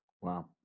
Wow